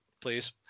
please